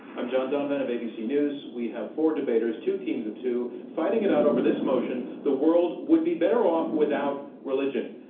i'm john donvan of abc news. we have four debaters, two teams of two, fighting it out over this motion, the world would be better off without religion.